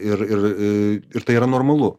ir ir ir tai yra normalu